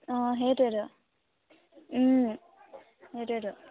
অঁ সেইটোৱেইটো সেইটোৱেইটো